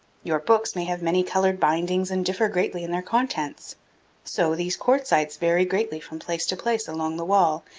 your books may have many-colored bindings and differ greatly in their contents so these quartzites vary greatly from place to place along the wall,